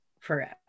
forever